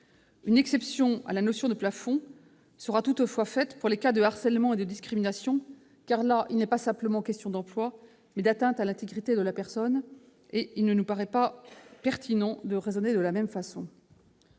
Une exception à la notion de plafond sera toutefois faite dans les cas de harcèlement et de discrimination, où il n'est pas seulement question d'emploi, mais aussi d'atteinte à l'intégrité de la personne. Il ne nous paraît donc pas pertinent de raisonner de la même façon.